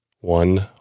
One